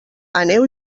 aneu